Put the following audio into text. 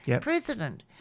president